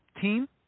team